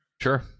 Sure